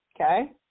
okay